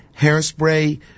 Hairspray